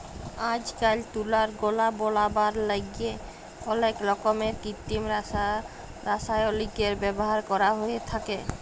আইজকাইল তুলার গলা বলাবার ল্যাইগে অলেক রকমের কিত্তিম রাসায়লিকের ব্যাভার ক্যরা হ্যঁয়ে থ্যাকে